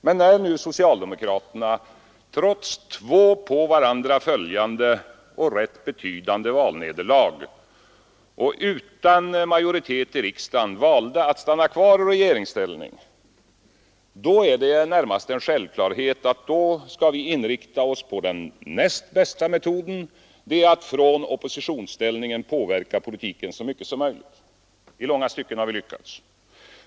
Men när nu socialdemokraterna trots två på varandra följande och rätt betydande valnederlag valt att stanna kvar i regeringsställning utan majoritet i riksdagen, är det närmast en självklarhet att vi har att inrikta oss på den näst bästa metoden: att från oppositionsställning påverka politiken så mycket som möjligt. I långa stycken har vi lyckats.